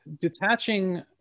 detaching